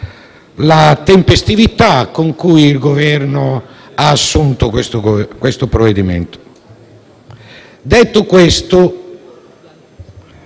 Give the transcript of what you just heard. la tempestività con cui il Governo ha assunto questo provvedimento. Detto questo,